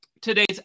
today's